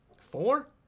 Four